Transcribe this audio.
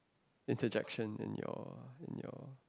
interjection in your in your